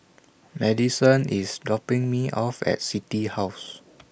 Madyson IS dropping Me off At City House